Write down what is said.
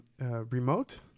remote